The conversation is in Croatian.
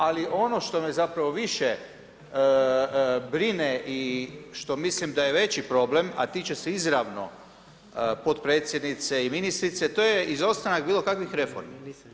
Ali ono što me zapravo više brine i što mislim da je veći problem, a tiče se izravno potpredsjednice i ministrice, to je izostanak bilo kakvih reformi.